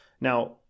Now